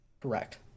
Correct